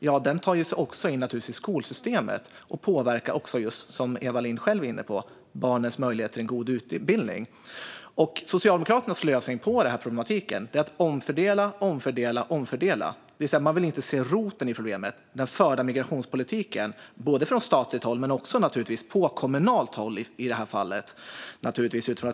De problemen tar sig naturligtvis också in i skolsystemet och påverkar, som Eva Lindh själv var inne på, barnens möjligheter till en god utbildning. Socialdemokraternas lösning på problemen är att omfördela, omfördela och omfördela. Det vill säga att man inte vill se roten till problemen, nämligen den förda migrationspolitiken från statligt håll och från kommunalt håll.